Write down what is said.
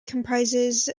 comprises